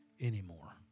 anymore